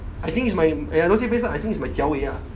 I think it's my !aiya! don't say place lah I think it's my jiaowei lah